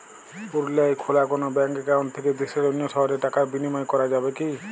পুরুলিয়ায় খোলা কোনো ব্যাঙ্ক অ্যাকাউন্ট থেকে দেশের অন্য শহরে টাকার বিনিময় করা যাবে কি?